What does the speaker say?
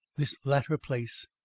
this latter place,